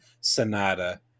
Sonata